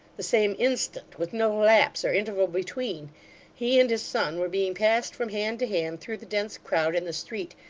the same instant, with no lapse or interval between he and his son were being passed from hand to hand, through the dense crowd in the street,